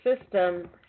system